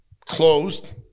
Closed